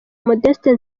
modeste